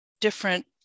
different